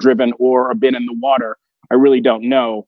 driven or been in the water i really don't know